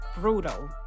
brutal